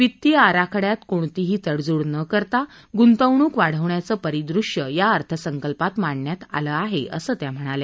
वित्तीय आराखड्यात कोणतीही तडजोड नं करता गुंतवणूक वाढवण्याचं परिदृश्य या अर्थसंकल्पात मांडण्यात आलं आहे असं त्या म्हणाल्या